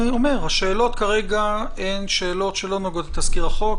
השאלות כרגע הן שאלות שלא נוגעות לתזכיר הצעת החוק,